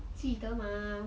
记得吗